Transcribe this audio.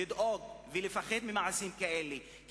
לדאוג בגלל מעשים כאלה ולפחד מהם,